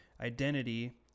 identity